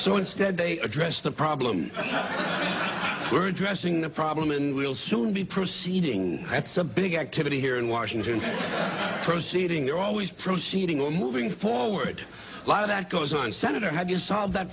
so instead they address the problem we're addressing the problem and we'll soon be proceeding that's a big activity here in washington proceeding they're always proceeding on moving forward a lot of that goes on senator how do you solve that